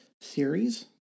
series